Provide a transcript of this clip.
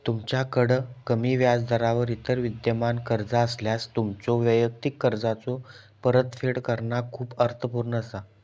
तुमच्याकड कमी व्याजदरावर इतर विद्यमान कर्जा असल्यास, तुमच्यो वैयक्तिक कर्जाचो परतफेड करणा खूप अर्थपूर्ण असा